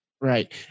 Right